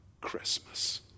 Christmas